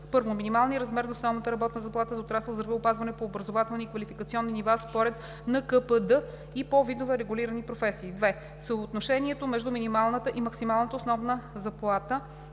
1. Минималният размер на основната работна заплата за отрасъл „Здравеопазване“ по образователни и квалификационни нива според НКПД и по видове регулирани професии. 2. Съотношението между минималната и максималната основна заплата